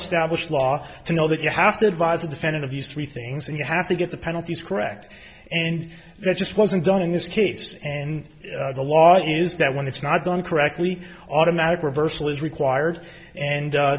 established law to know that you have to advise the defendant of these three things and you have to get the penalties correct and that just wasn't done in this case and the law is that when it's not done correctly automatic reversal is required and